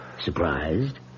Surprised